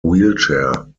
wheelchair